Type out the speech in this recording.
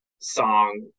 song